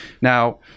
Now